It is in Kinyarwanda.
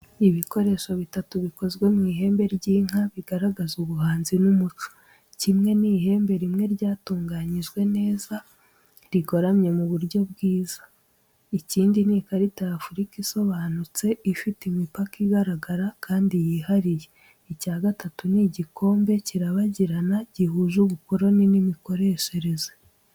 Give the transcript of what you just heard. Ibikoresho bitatu bikozwe mu mahembe y’inka bigaragaza ubuhanzi n’umuco. Kimwe ni ihembe rimwe ryatunganyijwe neza, rigoramye mu buryo bwiza. Ikindi ni ikarita y’Afurika isobanutse, ifite imipaka igaragara kandi yihariye. Icya gatatu ni igikombe, kirabagirana, gihuje ubukorikori n’imikoreshereze.